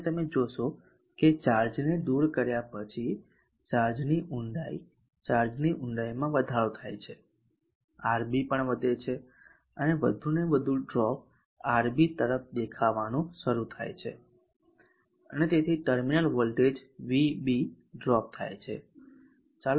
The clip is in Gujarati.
અને તમે જોશો કે ચાર્જને દૂર કર્યા પછી ચાર્જની ઊંડાઈ ચાર્જની ઊંડાઈમાં વધારો થાય છે RB પણ વધે છે અને વધુ અને વધુ ડ્રોપ RB તરફ દેખાવાનું શરૂ થાય છે અને તેથી ટર્મિનલ વોલ્ટેજ vb ડ્રોપ થાય છે